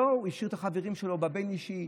הוא השאיר את החברים שלו בבין-אישי,